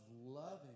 loving